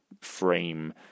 frame